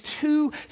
two